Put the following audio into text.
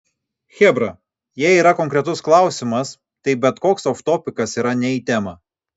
chebra jei yra konkretus klausimas tai bet koks oftopikas yra ne į temą